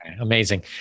Amazing